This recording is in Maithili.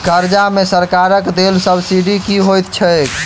कर्जा मे सरकारक देल सब्सिडी की होइत छैक?